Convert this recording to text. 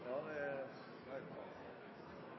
det er